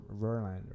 Verlander